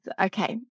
Okay